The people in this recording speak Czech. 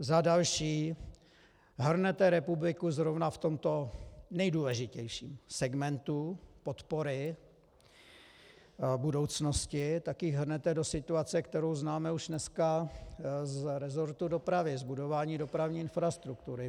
Za další, hrnete republiku zrovna v tomto nejdůležitějším segmentu podpory budoucnosti do situace, kterou známe už dneska z resortu dopravy z budování dopravní infrastruktury.